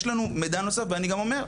יש לנו מידע נוסף ואני גם אומר,